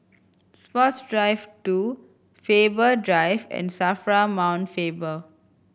Sports Drive Two Faber Drive and SAFRA Mount Faber